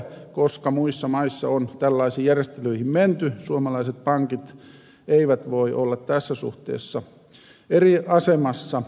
koska muissa maissa on tällaisiin järjestelyihin menty suomalaiset pankit eivät voi olla tässä suhteessa eri asemassa